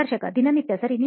ಸಂದರ್ಶಕ ದೈನಂದಿನ ಸರಿ